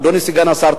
אדוני סגן השר,